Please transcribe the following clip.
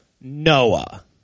Noah